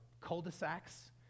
cul-de-sacs